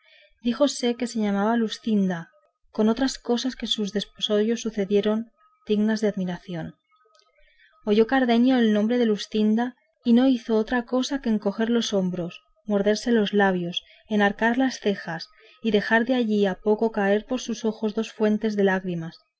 casamiento díjose que se llamaba luscinda con otras cosas que en sus desposorios sucedieron dignas de admiración oyó cardenio el nombre de luscinda y no hizo otra cosa que encoger los hombros morderse los labios enarcar las cejas y dejar de allí a poco caer por sus ojos dos fuentes de lágrimas